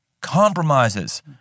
compromises